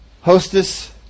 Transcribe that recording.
Hostess